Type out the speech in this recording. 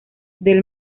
del